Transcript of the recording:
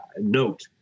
note